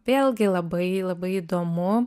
vėlgi labai labai įdomu